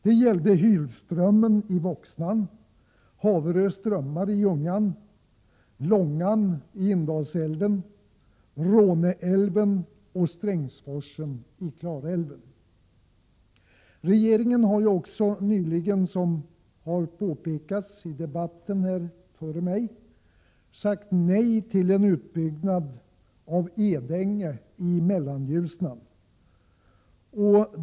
Det gällde Hylströmmen i Voxnan, Haverö strömmar i Ljungan, Långan i Indalsälven, Råneälven och Strängsforsen i Klarälven. Regeringen har också nyligen, såsom har påpekats i debatten, sagt nej till en utbyggnad av Edänge i Mellanljusnan.